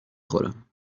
خورم